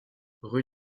rue